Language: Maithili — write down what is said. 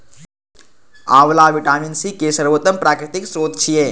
आंवला विटामिन सी के सर्वोत्तम प्राकृतिक स्रोत छियै